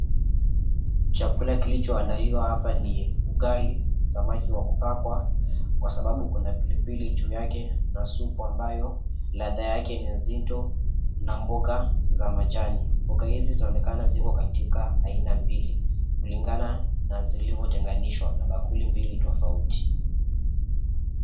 Chakula kilichoandaliwa hapa ni ugali, samaki wa kupakwa kwa sababu kuna pilipili juu yake na supu ambayo ladha yake ni ya nzito na mboga za majani. Mboga hizi zinaonekana ziko katika aina mbili, kulingana na zilivyotenganishwa na bakuli mbili tofauti.